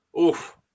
Oof